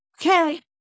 Okay